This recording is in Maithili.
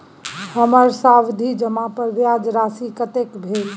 हमर सावधि जमा पर ब्याज राशि कतेक भेल?